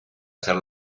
ser